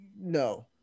no